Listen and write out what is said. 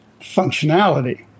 functionality